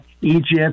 Egypt